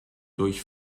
durch